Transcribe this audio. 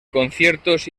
conciertos